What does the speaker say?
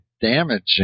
damaging